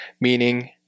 meaning